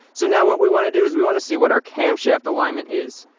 so now what we want to do is we want to see what our camshaft alignment is.